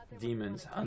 demons